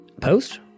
Post